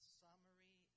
summary